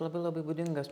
labai labai būdingas